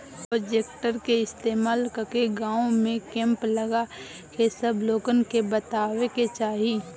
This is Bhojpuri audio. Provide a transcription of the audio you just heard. प्रोजेक्टर के इस्तेमाल कके गाँव में कैंप लगा के सब लोगन के बतावे के चाहीं